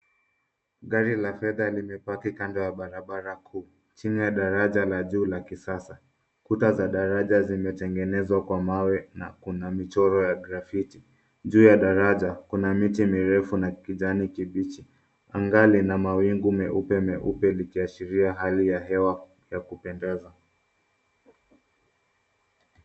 Gari la fedha limepaki kando ya barabara kuu chini ya daraja la juu la kisasa. Kuta za daraja zimetengenezwa kwa mawe na kuna michoro ya graffiti . Juu ya daraja kuna miti mirefu na kijani kibichi. Anga lina mawingu meupe meupe likiashiria hali ya hewa ya kupendeza.